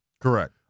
Correct